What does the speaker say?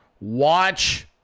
Watch